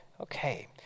Okay